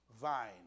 vine